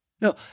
No